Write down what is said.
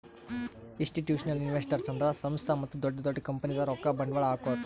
institutional investors ಅಂದ್ರ ಸಂಸ್ಥಾ ಮತ್ತ್ ದೊಡ್ಡ್ ದೊಡ್ಡ್ ಕಂಪನಿದಾಗ್ ರೊಕ್ಕ ಬಂಡ್ವಾಳ್ ಹಾಕೋರು